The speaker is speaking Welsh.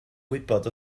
gwybod